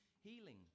Healing